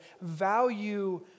value